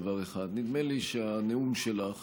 דבר אחד: נדמה לי שהנאום שלך